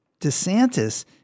DeSantis